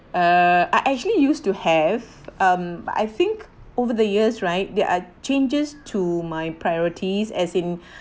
uh I actually used to have um but I think over the years right there are changes to my priorities as in